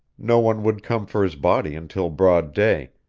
no one would come for his body until broad day,